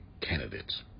candidates